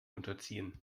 unterziehen